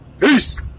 Peace